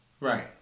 Right